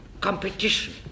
competition